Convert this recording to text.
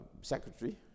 secretary